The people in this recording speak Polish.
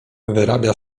wyrabia